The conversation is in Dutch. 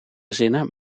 zinnen